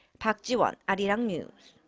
park ji-won, arirang news.